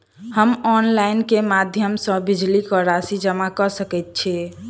हम ऑनलाइन केँ माध्यम सँ बिजली कऽ राशि जमा कऽ सकैत छी?